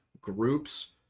groups